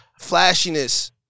flashiness